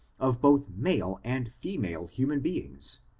of both male and fe male human beings,